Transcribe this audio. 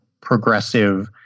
progressive